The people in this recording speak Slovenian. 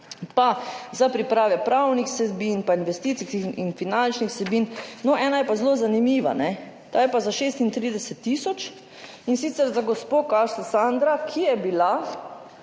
pa za priprave pravnih vsebin, pa investicijskih in finančnih vsebin. Ena je pa zelo zanimiva, ta je pa za 36 tisoč, in sicer za gospo Sandro Kašca, ki je bila